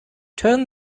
turn